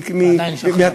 ועדיין נשאר חייב.